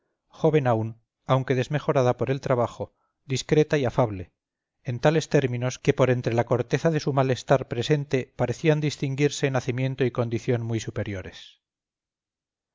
joven aún aunque desmejorada por el trabajo discreta y afable en tales términos que por entre la corteza de su malestar presente parecían distinguirse nacimiento y condición muy superiores